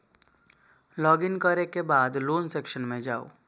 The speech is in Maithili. लॉग इन करै के बाद लोन सेक्शन मे जाउ